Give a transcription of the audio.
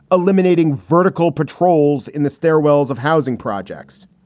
eliminating vertical patrols in the stairwells of housing projects.